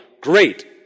Great